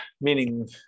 Meaning